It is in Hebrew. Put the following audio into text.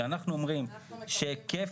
אמירה אחרונה.